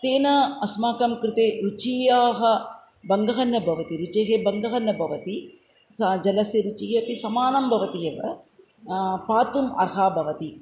तेन अस्माकं कृते रुच्याः भङ्गः न भवति रुचेः भङ्गः न भवति तस्य जलस्य रुचिः अपि समानं भवति एव पातुम् अर्हं भवति